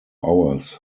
hours